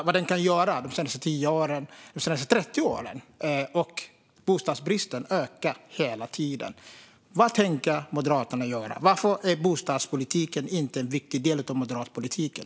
Vi har de senaste 30 åren sett vad marknaden kan göra, och bostadsbristen ökar hela tiden. Vad tänker Moderaterna göra? Varför är bostadspolitiken inte en viktig del av den moderata politiken?